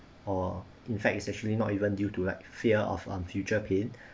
or in fact is actually not even due to like fear of on future pain